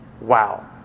wow